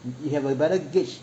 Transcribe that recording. you have a better gauge